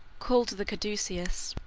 called the caduceus.